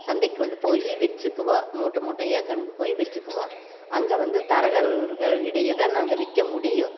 சந்தைக்கு கொண்டு போய் வைச்சிக்குவோம் மூட்டை மூட்டையாக கொண்டு போய் வைச்சிக்குவோம் அங்கே வந்து தரகர்கள் இடையே தான் நாங்கள் விற்க முடியும்